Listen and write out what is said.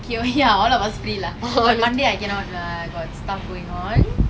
okay oh ya all of us free but monday I cannot lah I got stuff going on